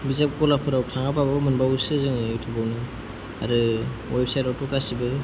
बिजाब गलाफ्राव थाङाबाबो मोनबावोसो जोङो युटुबावनो आरो वेबसाइटआवथ' गासिबो